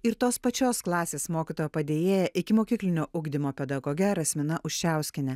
ir tos pačios klasės mokytojo padėjėja ikimokyklinio ugdymo pedagoge rasmina uščiauskiene